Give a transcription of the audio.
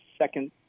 second